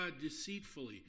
deceitfully